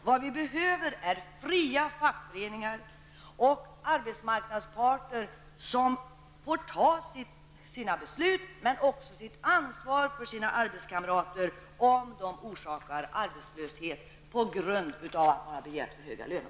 Vad vi behöver är fria fackföreningar och arbetsmarknadsparter som får fatta sina beslut men också ta sitt ansvar för arbetskamrater som orsakar arbetslöshet på grund av att de har begärt för höga löner.